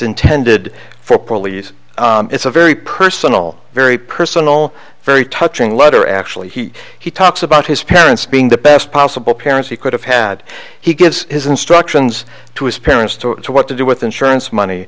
intended for police it's a very personal very personal very touching letter actually he he talks about his parents being the best possible parents he could have had he gives his instructions to his parents to what to do with insurance money